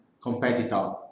competitor